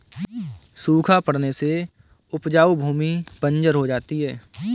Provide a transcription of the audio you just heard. सूखा पड़ने से उपजाऊ भूमि बंजर हो जाती है